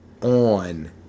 on